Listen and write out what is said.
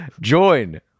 Join